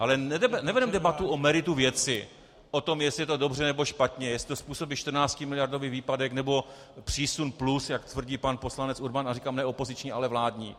Ale nevedeme debatu o meritu věci, o tom, jestli je to dobře, nebo špatně, jestli to způsobí 14miliardový výpadek, nebo přísun plus, jak tvrdí pan poslanec Urban a říkám, ne opoziční, ale vládní.